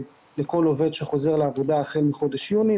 לכל עובד שחוזר לעבודה החל מחודש יוני,